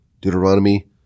Deuteronomy